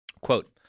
Quote